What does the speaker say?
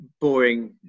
Boring